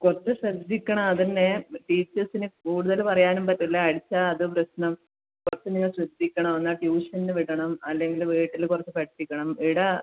കുറച്ച് ശ്രദ്ധിക്കണം അത് തന്നെ ടീച്ചേഴ്സിന് കൂടുതൽ പറയാനും പറ്റില്ല അടിച്ചാൽ അത് പ്രശ്നം കുറച്ച് നിങ്ങൾ ശ്രദ്ധിക്കണം എന്നാൽ ട്യൂഷന് വിടണം അല്ലെങ്കിൽ വീട്ടിൽ കുറച്ച് പഠിപ്പിക്കണം ഇവിടെ